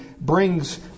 brings